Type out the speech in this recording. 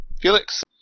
Felix